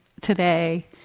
today